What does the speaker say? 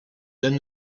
then